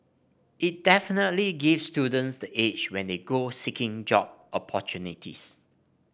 it definitely gives students the edge when they go seeking job opportunities